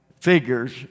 figures